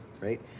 right